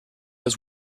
has